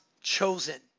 chosen